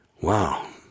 Wow